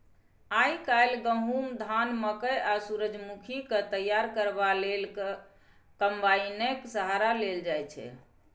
आइ काल्हि गहुम, धान, मकय आ सूरजमुखीकेँ तैयार करबा लेल कंबाइनेक सहारा लेल जाइ छै